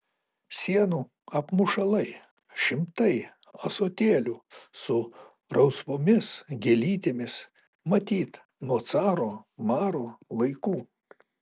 sienų apmušalai šimtai ąsotėlių su rausvomis gėlytėmis matyt nuo caro maro laikų